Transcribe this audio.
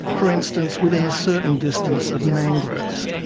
for instance within a certain distance of mangroves,